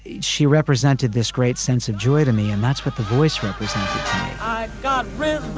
she represented this great sense of joy to me, and that's what the voice represents i got